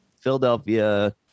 Philadelphia